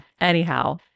anyhow